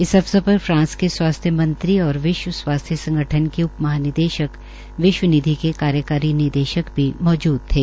इस अवसर पर फ्रांस के स्वास्थ्य मंत्री और विश्व स्वास्थ्य संगठन क उप महा निदेशक विश्व निधि के कार्यकारी निदेशक भी मौजूद थे